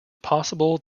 possible